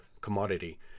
commodity